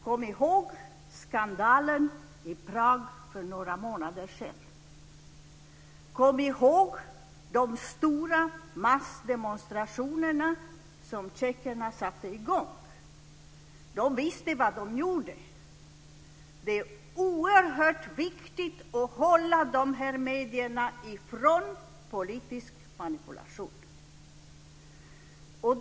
Kom ihåg skandalen i Prag för några månader sedan. Kom ihåg de stora massdemonstrationer som tjeckerna satte i gång. De visste vad de gjorde. Det är oerhört viktigt att hålla dessa medier ifrån politisk manipulation.